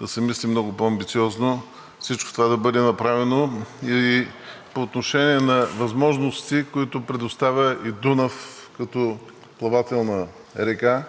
да се мисли и много по-амбициозно всичко това да бъде направено. И по отношение на възможностите, които предоставя река Дунав като плавателна река,